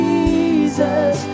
Jesus